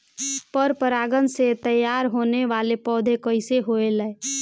पर परागण से तेयार होने वले पौधे कइसे होएल?